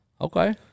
Okay